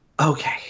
Okay